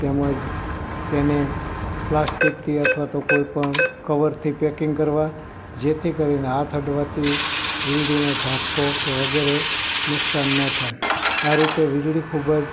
તેમજ તેને પ્લાસ્ટિકથી અથવા તો કોઇપણ કવરથી પેકિંગ કરવા જેથી કરીને હાથ અડવાથી વીજળીનો ઝાટકો કે વગેરે નુકસાન ન થાય આ રીતે વીજળી ખૂબ જ